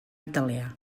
italià